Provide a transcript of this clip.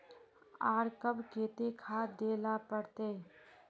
आर कब केते खाद दे ला पड़तऐ?